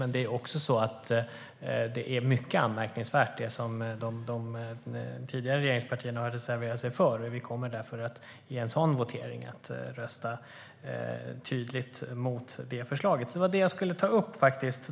Men det är också mycket anmärkningsvärt, det som de tidigare regeringspartierna har reserverat sig mot. Vid en votering kommer vi därför att tydligt rösta mot det förslaget. Det var det jag tänkte ta upp.